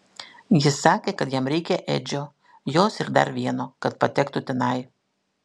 jis sakė kad jam reikia edžio jos ir dar vieno kad patektų tenai